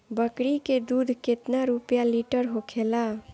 बकड़ी के दूध केतना रुपया लीटर होखेला?